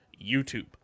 YouTube